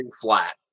flat